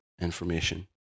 information